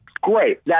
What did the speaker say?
great